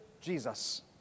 Jesus